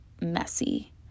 messy